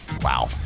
Wow